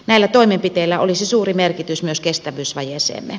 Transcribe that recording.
näillä toimenpiteillä olisi suuri merkitys myös kestävyysvajeeseemme